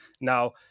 Now